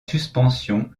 suspension